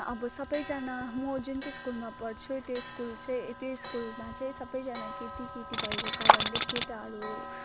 अब सबैजना म जुन चाहिँ स्कुलमा पढ्छु त्यो स्कुल चाहिँ त्यो स्कुलमा चाहिँ सबैजना केटी केटी भएको कारणले केटाहरू